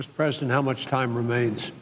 this president how much time remains